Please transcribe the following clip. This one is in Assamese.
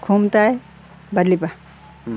খোমটাই বালিপাৰা